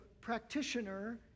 practitioner